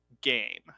game